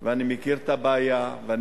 ואני מכיר את הבעיות.